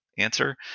answer